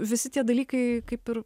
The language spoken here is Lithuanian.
visi tie dalykai kaip ir